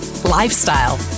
Lifestyle